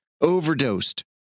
overdosed